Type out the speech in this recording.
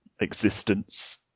existence